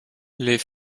les